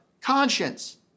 conscience